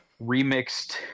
remixed